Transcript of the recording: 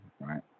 right